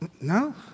No